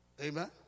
Amen